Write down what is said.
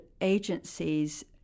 agencies